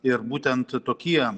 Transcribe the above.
ir būtent tokie